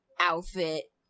outfit